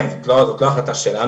כן, זאת לא החלטה שלנו.